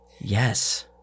Yes